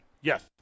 Yes